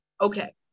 Okay